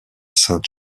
sainte